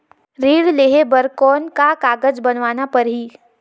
ऋण लेहे बर कौन का कागज बनवाना परही?